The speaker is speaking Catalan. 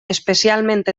especialment